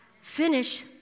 Finish